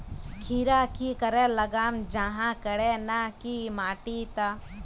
खीरा की करे लगाम जाहाँ करे ना की माटी त?